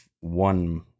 one